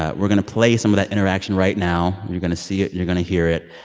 ah we're going to play some of that interaction right now. you're going to see it. you're going to hear it.